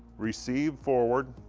receive forward.